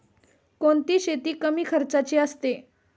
कोणती शेती कमी खर्चाची असते?